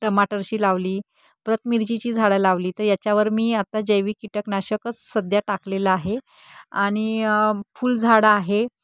टमाटरची लावली प्रत मिरचीची झाडं लावली तर याच्यावर मी आत्ता जैविक कीटकनाशकच सध्या टाकलेलं आहे आणि फुलझाडं आहे